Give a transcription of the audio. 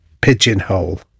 pigeonhole